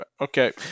Okay